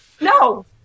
No